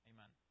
Amen